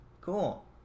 Cool